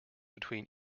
between